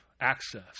access